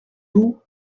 vous